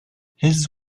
his